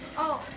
oh!